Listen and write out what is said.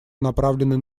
направленные